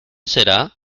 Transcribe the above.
será